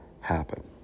happen